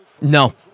No